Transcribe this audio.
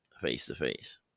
face-to-face